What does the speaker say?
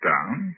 Down